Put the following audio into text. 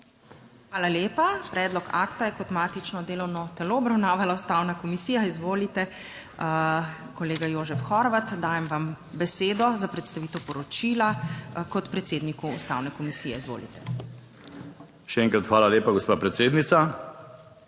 Hvala lepa. Predlog akta je kot matično delovno telo obravnavala Ustavna komisija. Izvolite. Kolega Jožef Horvat, dajem vam besedo za predstavitev poročila kot predsedniku Ustavne komisije. Izvolite. JOŽEF HORVAT (PS NSi): Še enkrat hvala lepa, gospa predsednica.